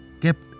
kept